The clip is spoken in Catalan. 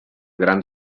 gran